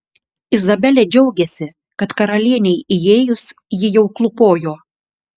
izabelė džiaugėsi kad karalienei įėjus ji jau klūpojo